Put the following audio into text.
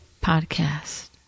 podcast